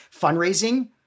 fundraising